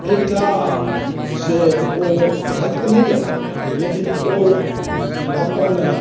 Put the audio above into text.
एकटा से ओ भागि के नहि गेला लेकिन ओ अपन